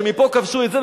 שמפה כבשו את זה,